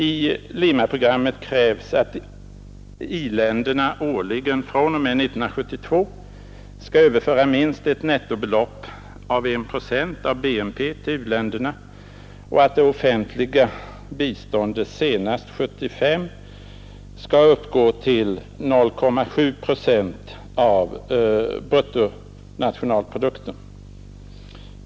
I Limaprogrammet krävs att i-länderna årligen fr.o.m. 1972 skall överföra minst ett nettobelopp av 1 procent av bruttonationalprodukten till u-länderna och att det offentliga biståndet senast 1975 skall uppgå till 0,7 procent av bruttonationalprodukten.